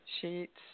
sheets